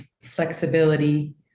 flexibility